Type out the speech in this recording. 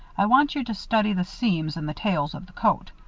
i want you to study the seams and the tails of the coat.